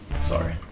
Sorry